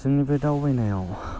जोंनि बे दावबायनायाव